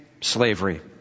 slavery